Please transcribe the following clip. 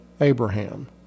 Abraham